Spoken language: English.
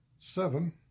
Seven